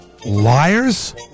Liars